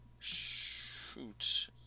Shoot